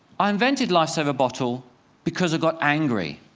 i invented lifesaver bottle because i got angry.